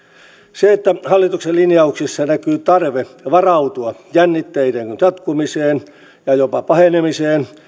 se että hallituksen linjauksissa näkyy tarve varautua jännitteiden jatkumiseen ja jopa pahenemiseen